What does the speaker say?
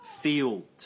field